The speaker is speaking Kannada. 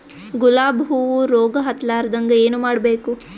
ಗುಲಾಬ್ ಹೂವು ರೋಗ ಹತ್ತಲಾರದಂಗ ಏನು ಮಾಡಬೇಕು?